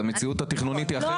המציאות התכנונית היא אחרת.